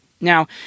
Now